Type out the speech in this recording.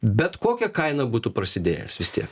bet kokia kaina būtų prasidėjęs vis tiek